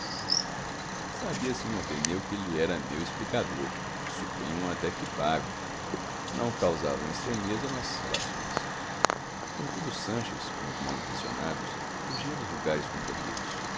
ele sabia-se no ateneu que ele era meu explicador supunham até que pago não causavam estranheza as nossas relações contudo sanches como os mal intencionados fugia dos lugares concorridos